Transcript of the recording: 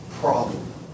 problem